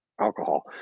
alcohol